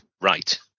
right